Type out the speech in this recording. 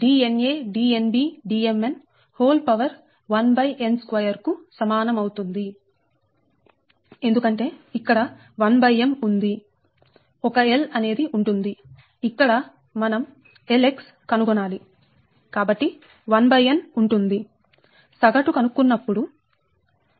Dmn1n2 ఎందుకంటే ఇక్కడ 1m ఉంది ఒక L అనేది ఉంటుంది ఇక్కడ మనం Lx కనుగొనాలి కాబట్టి 1n ఉంటుంది సగటు కనుక్కున్నప్పుడు